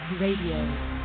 Radio